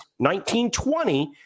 1920